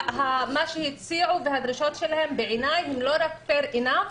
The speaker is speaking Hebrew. מה שהציעו בדרישות שלהם הם לא רק פייר אינף,